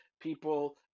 People